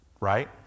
Right